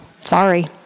Sorry